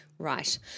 Right